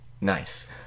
Nice